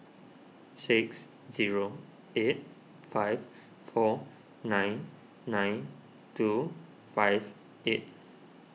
six zero eight five four nine nine two five eight